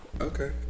okay